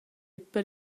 per